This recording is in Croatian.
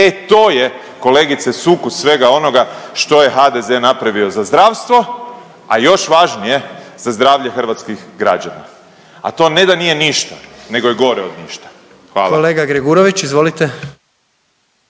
E, to je kolegice sukus svega onoga što je HDZ napravio za zdravstvo, a još važnije za zdravlje hrvatskih građana, a to da nije ništa nego je gore od ništa, hvala. **Jandroković, Gordan